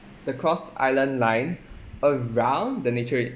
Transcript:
the cross island line around the nature